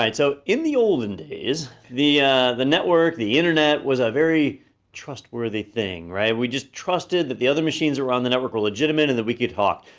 so in the olden days, the the network, the internet was a very trustworthy thing, right? we just trusted that the other machines around the network are legitimate and that we could talk.